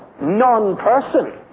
non-person